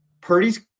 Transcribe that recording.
Purdy's